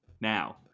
now